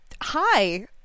Hi